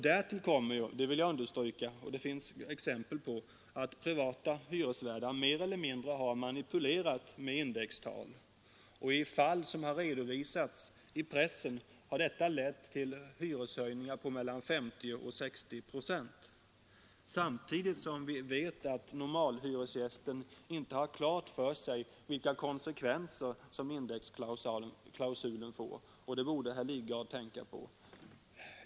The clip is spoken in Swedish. Därtill kommer — det vill jag understryka — att det finns exempel på att privata hyresvärdar mer eller mindre har manipulerat med indextal. I fall som har redovisats i pressen har detta lett till hyreshöjningar på mellan 50 och 60 procent. Samtidigt vet vi att normalhyresgästen inte har klart för sig vilka konsekvenser som indexklausulen får — och det borde herr Lidgard tänka på.